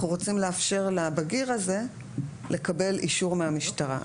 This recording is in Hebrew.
רוצים לאפשר לבגיר הזה לקבל אישור מהמשטרה.